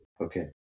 Okay